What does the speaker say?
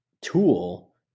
tool